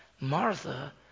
Martha